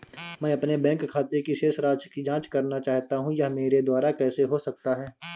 मैं अपने बैंक खाते की शेष राशि की जाँच करना चाहता हूँ यह मेरे द्वारा कैसे हो सकता है?